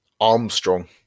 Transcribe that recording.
Armstrong